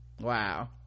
wow